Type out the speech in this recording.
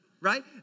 Right